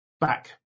back